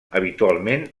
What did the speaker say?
habitualment